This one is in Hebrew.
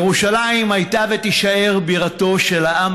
ירושלים הייתה ותישאר בירתו של העם